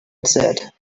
said